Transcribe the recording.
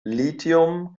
lithium